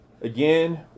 again